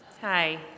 Hi